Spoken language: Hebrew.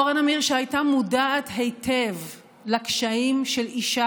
אורה נמיר שהייתה מודעת היטב לקשיים של אישה